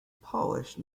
polish